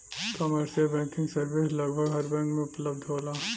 commercial banking service लगभग हर bank में उपलब्ध होला